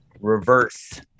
Reverse